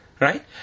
right